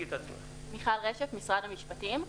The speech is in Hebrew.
מיכל רשף ממשרד המשפטים,